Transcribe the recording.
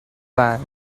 bank